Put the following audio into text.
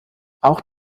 auch